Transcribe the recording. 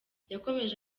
yakomeje